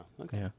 okay